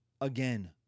Again